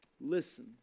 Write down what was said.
listen